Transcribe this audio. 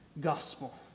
gospel